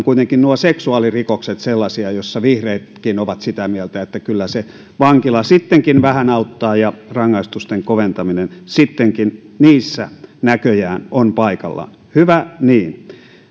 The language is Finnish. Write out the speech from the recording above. kuitenkin nuo seksuaalirikokset ovat sellaisia joista vihreätkin ovat sitä mieltä että kyllä se vankila sittenkin vähän auttaa ja rangaistusten koventaminen sittenkin niissä näköjään on paikallaan hyvä niin